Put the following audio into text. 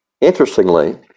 Interestingly